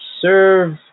serve